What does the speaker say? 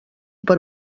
per